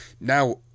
Now